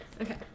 okay